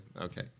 Okay